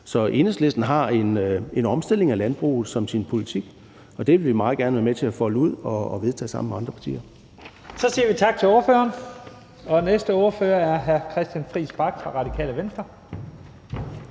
Så Enhedslisten har en omstilling af landbruget som sin politik, og det vil vi meget gerne være med til at folde ud og vedtage sammen med andre partier. Kl. 11:44 Første næstformand (Leif Lahn Jensen): Så siger vi tak til ordføreren. Næste ordfører er hr. Christian Friis Bach fra Radikale Venstre.